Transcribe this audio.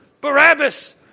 Barabbas